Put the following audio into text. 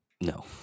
No